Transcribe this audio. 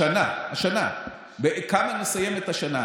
השנה, השנה, בכמה נסיים את השנה.